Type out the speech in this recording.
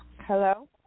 Hello